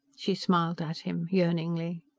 she smiled at him, yearningly.